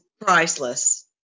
priceless